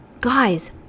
Guys